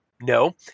No